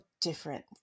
different